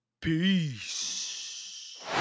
Peace